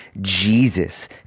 Jesus